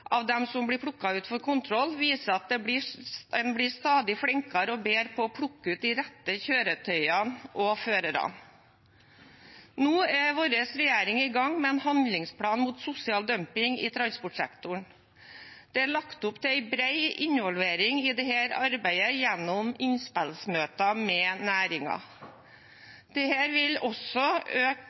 av dem som blir plukket ut for kontroll, viser at en blir stadig flinkere og bedre på å plukke ut de rette kjøretøyene og førerne. Nå er regjeringen vår i gang med en handlingsplan mot sosial dumping i transportsektoren. Det er lagt opp til en bred involvering i dette arbeidet gjennom innspillsmøter med næringen. Dette vil også øke